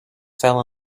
fell